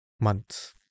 months